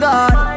God